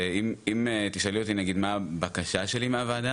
אם תשאלי אותי נגיד מה הבקשה שלי מהוועדה?